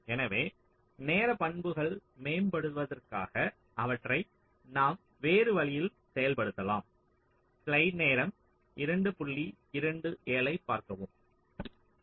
எனவே நேர பண்புகள் மேம்படுத்தப்படுவதற்காக அவற்றை நாம் வேறு வழியில் செயல்படுத்தலாம் ஒவ்வொன்றாக பார்ப்போம்